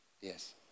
Yes